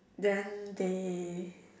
then they